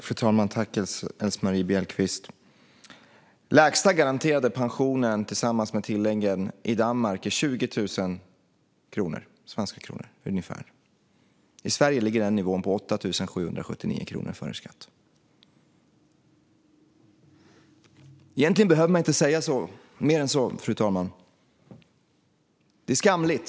Fru talman! Jag tackar Elsemarie Bjellqvist för frågan. Den lägsta garanterade pensionen tillsammans med tilläggen är ungefär 20 000 svenska kronor i Danmark. I Sverige ligger nivån på 8 779 kronor före skatt. Egentligen behöver man inte säga mer än så, fru talman. Det är skamligt.